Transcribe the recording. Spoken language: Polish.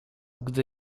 gdy